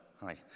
hi